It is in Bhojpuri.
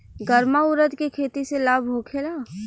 गर्मा उरद के खेती से लाभ होखे ला?